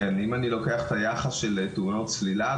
אם אני לוקח את היחס של תאונות צלילה,